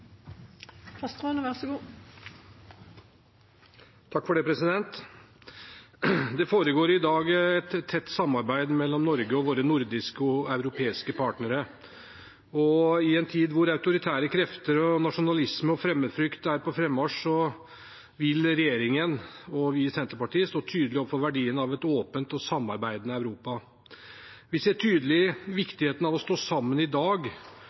europeiske partnere. I en tid hvor autoritære krefter, nasjonalisme og fremmedfrykt er på frammarsj, vil regjeringen og vi i Senterpartiet stå tydelig opp for verdiene av et åpent og samarbeidende Europa. Vi ser tydelig viktigheten av å stå sammen i dag